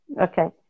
Okay